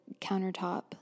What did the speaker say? countertop